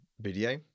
video